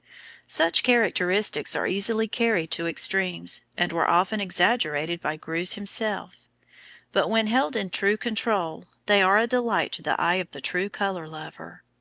such characteristics are easily carried to extremes, and were often exaggerated by greuze himself but when held in true control they are a delight to the eye of the true color-lover.